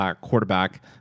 quarterback